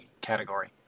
category